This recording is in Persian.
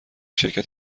شرکت